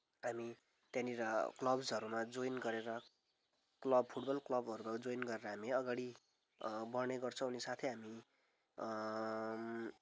हामी त्यहाँनिर क्लब्सहरूमा जोइन गरेर क्लब फुटबल क्लबहरूमा जोइन गरेर हामी अगाडि बढ्नेगर्छौँ अनि साथै हामी